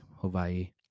Hawaii